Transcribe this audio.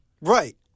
Right